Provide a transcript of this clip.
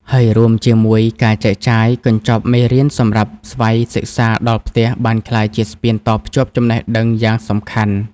ហើយរួមជាមួយការចែកចាយកញ្ចប់មេរៀនសម្រាប់ស្វ័យសិក្សាដល់ផ្ទះ បានក្លាយជាស្ពានតភ្ជាប់ចំណេះដឹងយ៉ាងសំខាន់។